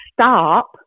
stop